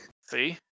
See